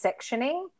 sectioning